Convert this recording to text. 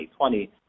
2020